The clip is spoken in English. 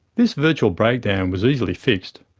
this virtual breakdown was easily fixed,